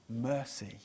mercy